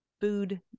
food